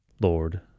Lord